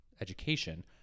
education